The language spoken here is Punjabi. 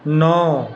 ਨੌਂ